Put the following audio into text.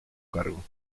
cargo